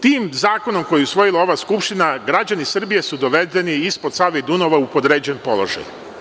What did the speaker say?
Tim zakonom koji je usvojila ova Skupština građani Srbije su dovedeni ispod Save i Dunava u podređen položaj.